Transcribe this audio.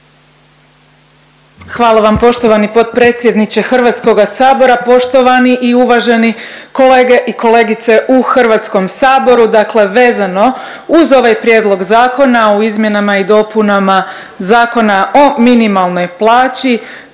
Hvala vam poštovani potpredsjedniče Hrvatskoga sabora. Poštovani i uvaženi kolege i kolegice u Hrvatskom saboru, dakle vezano uz ovaj Prijedlog Zakona o izmjenama i dopunama Zakona o minimalnoj plaći